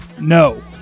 no